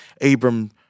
Abram